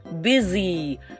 busy